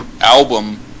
album